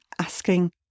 asking